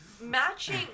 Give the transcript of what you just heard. matching